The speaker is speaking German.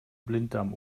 blinddarm